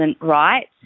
right